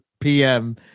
PM